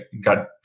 got